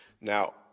Now